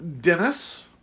Dennis